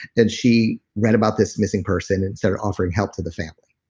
and she read about this missing person and started offering help to the family.